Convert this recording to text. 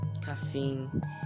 caffeine